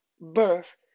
birth